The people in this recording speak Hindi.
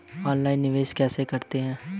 ऑनलाइन निवेश किसे कहते हैं?